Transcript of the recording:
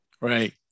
right